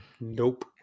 Nope